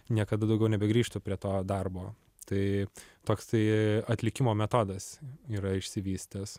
niekada daugiau nebegrįžtų prie to darbo tai toks tai atlikimo metodas yra išsivystęs